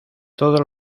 todos